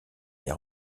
les